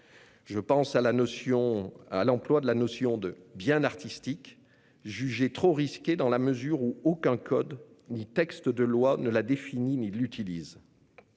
Je pense ainsi à l'emploi de la notion de « bien artistique », jugé trop risqué dans la mesure où aucun code ni texte ne la définit ni ne l'utilise.